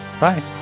Bye